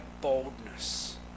boldness